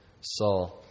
Saul